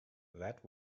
that